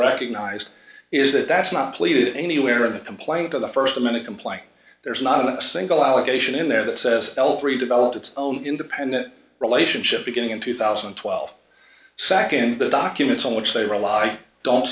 recognized is that that's not played anywhere in the complaint of the first a minute complaining there's not a single allegation in there that says l three developed its own independent relationship beginning in two thousand and twelve sak in the documents on which they rely don't